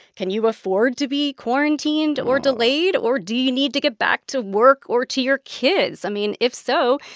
can you afford to be quarantined or delayed? or do you need to get back to work or to your kids? i mean, if so,